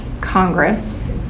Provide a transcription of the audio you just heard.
Congress